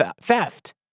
theft